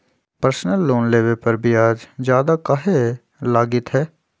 Personal loan लेबे पर ब्याज ज्यादा काहे लागईत है?